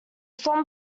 swan